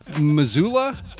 Missoula